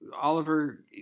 Oliver